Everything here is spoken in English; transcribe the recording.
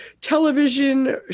television